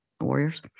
Warriors